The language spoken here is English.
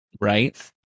Right